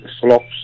slops